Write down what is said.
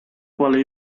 quale